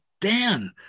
Dan